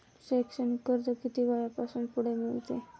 शैक्षणिक कर्ज किती वयापासून पुढे मिळते?